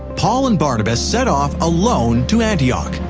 paul and barnabas set off alone to antioch.